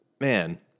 man